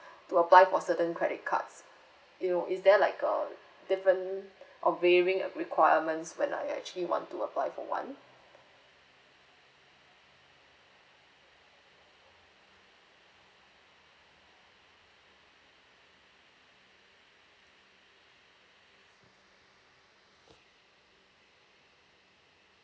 to apply for certain credit cards you know is there like a different or varying requirements when I actually want to apply for one